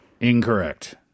Incorrect